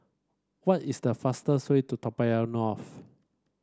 what is the fastest way to Toa Payoh North